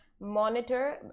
monitor